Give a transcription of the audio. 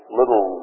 little